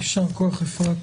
יישר כוח אפרת,